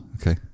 Okay